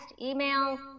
email